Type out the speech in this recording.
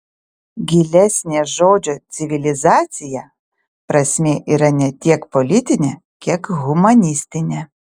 gilesnė žodžio civilizacija prasmė yra ne tiek politinė kiek humanistinė